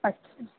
अछा